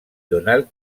donald